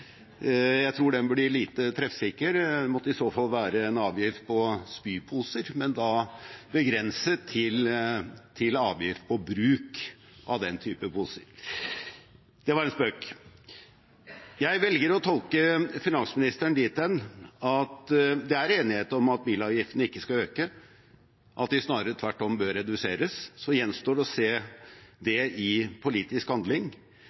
Jeg tror den blir lite treffsikker; det måtte i så fall være en avgift på spyposer, men da begrenset til avgift på bruk av den typen poser. – Det var en spøk. Jeg velger å tolke finansministeren dit hen at det er enighet om at bilavgiftene ikke skal øke, og at de snarere tvert om bør reduseres. Så gjenstår det å se det i politisk handling.